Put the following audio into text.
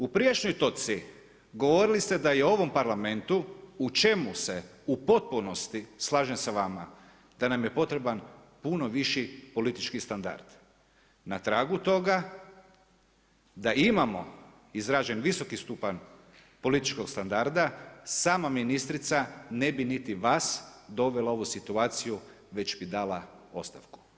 U prijašnjoj točci govorili ste da je u ovom Parlamentu, u lemu se u potpunosti slažem s vama, da nam je potreban puno viši politički standard, na tragu toga da imamo izražen visoki stupanj političkog standarda, sama ministrica ne bi niti vas dovela u ovu situaciju već bi dala ostavku.